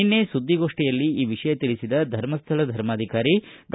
ನಿನ್ನೆ ಸುದ್ದಿಗೋಷ್ಠಿಯಲ್ಲಿ ಈ ವಿಷಯ ತಿಳಿಸಿದ ಧರ್ಮಸ್ಥಳ ಧರ್ಮಾಧಿಕಾರಿ ಡಾ